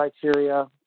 criteria